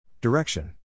Direction